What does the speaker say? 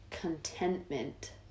contentment